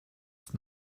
ist